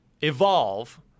evolve